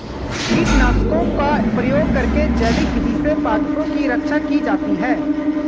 कीटनाशकों का प्रयोग करके जैविक विधि से पादपों की रक्षा की जाती है